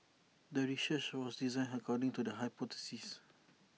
the research was designed according to the hypothesis